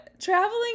Traveling